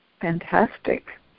Fantastic